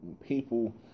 people